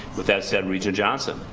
with that said regent johnson.